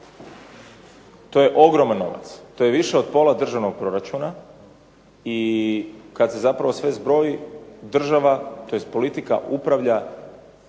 To je ogroman novac, to je više od pola državnog proračuna i kada se zapravo sve zbroji država, tj. Politika upravlja